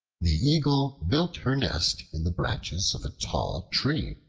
the eagle built her nest in the branches of a tall tree,